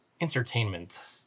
entertainment